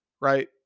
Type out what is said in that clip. right